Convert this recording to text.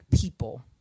people